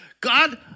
God